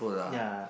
ya